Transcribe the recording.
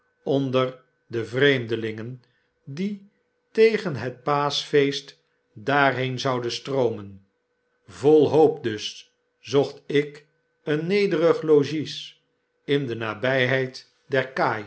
onder de vreemdelingen die tegen het paaschfeest daarheen zouden stroomen vol hoop dus zocht ik een nederig logies in de nabyheid